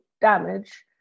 damage